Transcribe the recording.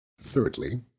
Thirdly